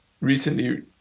recently